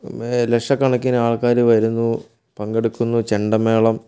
ലക്ഷക്കണക്കിന് ആള്ക്കാർ വരുന്നു പങ്കെടുക്കുന്നു ചെണ്ടമേളം